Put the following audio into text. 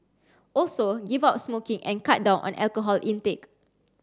also give up smoking and cut down on alcohol intake